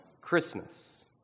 Christmas